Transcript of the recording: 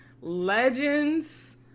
Legends